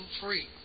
free